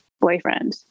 boyfriend